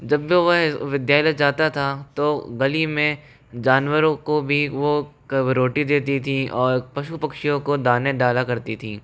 जब भी वह विद्यालय जाता था तो गली में जानवरों को भी वो रोटी देती थीं और पशु पक्षियों को दाने डाला करती थीं